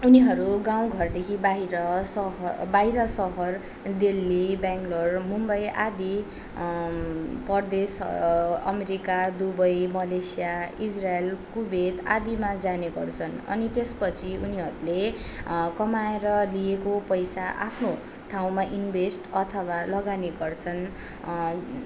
उनीहरू गाउँघरदेखि बाहिर बाहिर शहर दिल्ली बेङ्लोर मुम्बई आदि परदेश America Dubai Malaysia Israel Kuwait आदिमा जाने गर्छन अनि त्यसपछि उनीहरूले कमाएर लिएको पैसा आफ्नो ठाउँमा इनभेस्ट अथवा लगानी गर्छन्